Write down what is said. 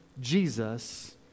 Jesus